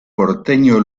porteño